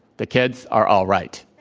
the kids are all right.